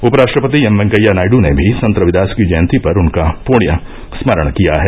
उप राष्ट्रपति एम वैंकेया नायडू ने भी संत रविदास की जयंती पर उनका पुण्य स्मरण किया है